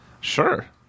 Sure